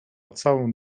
całą